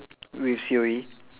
with C_O_E